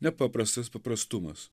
nepaprastas paprastumas